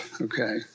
okay